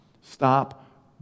Stop